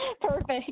Perfect